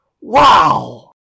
Wow